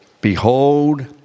Behold